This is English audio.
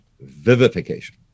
vivification